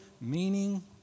meaning